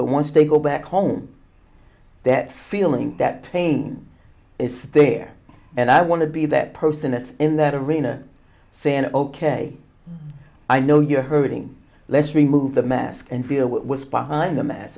but once they go back home that feeling that pain is there and i want to be that person that's in that arena saying ok i know you're hurting let's remove the mask and feel what's behind the